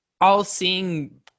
all-seeing